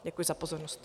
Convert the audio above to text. Děkuji za pozornost.